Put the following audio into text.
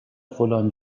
فلان